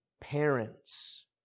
parents